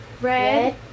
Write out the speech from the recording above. red